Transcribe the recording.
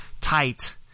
tight